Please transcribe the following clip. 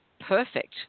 perfect